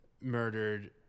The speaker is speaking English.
murdered